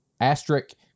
Asterisk